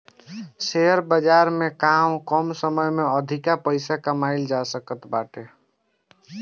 share बाजार में कम समय में अधिका पईसा कमाईल जा सकत बाटे